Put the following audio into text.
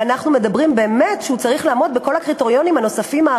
ואנחנו אומרים באמת שהוא צריך לעמוד בכל הקריטריונים האחרים,